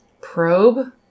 Probe